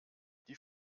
die